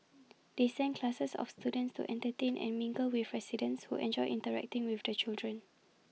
they send classes of students to entertain and mingle with residents who enjoy interacting with the children